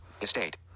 Estate